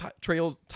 trails